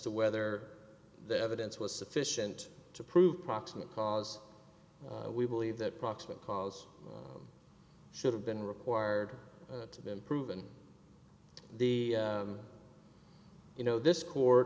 to whether the evidence was sufficient to prove proximate cause we believe that proximate cause should have been required to been proven you know this court